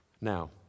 Now